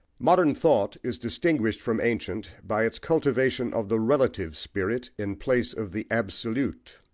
modern thought is distinguished from ancient by its cultivation of the relative spirit in place of the absolute.